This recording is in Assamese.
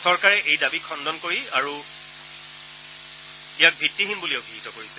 চৰকাৰে এই দাবী খণ্ডন কৰিছে আৰু ইয়াক ভিত্তিহীন বুলি অভিহিত কৰিছে